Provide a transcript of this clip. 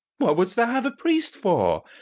what wouldst thou have a priest for?